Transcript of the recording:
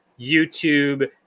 YouTube